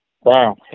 Wow